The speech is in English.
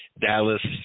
Dallas